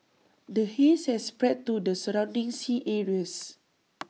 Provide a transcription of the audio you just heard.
the haze has spread to the surrounding sea areas